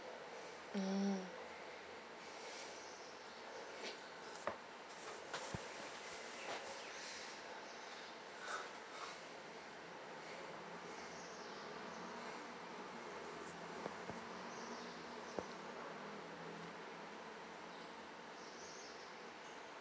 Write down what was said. mm